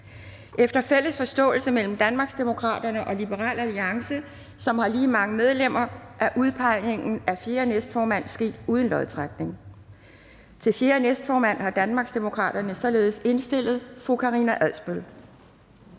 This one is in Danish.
Efter fælles forståelse mellem Danmarksdemokraterne og Liberal Alliance, som har lige mange medlemmer, er udpegningen af fjerde næstformand sket uden lodtrækning. Til fjerde næstformand har Danmarksdemokraterne således indstillet fru Karina Adsbøl.